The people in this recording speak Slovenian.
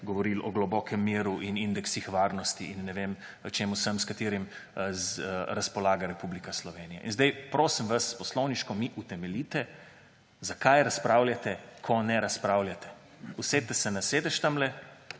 govorili o globokem miru in indeksih varnosti in ne vem čem vsem, s katerim razpolaga Republika Slovenija. Prosim vas, poslovniško mi utemeljite, zakaj razpravljate, ko ne razpravljate. Usedite se na sedež tam,